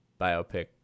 biopic